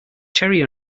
cherry